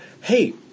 Hey